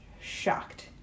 shocked